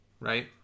right